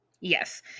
Yes